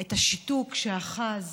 את השיתוק שאחז